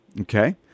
Okay